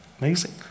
amazing